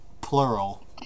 plural